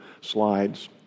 slides